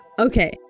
Okay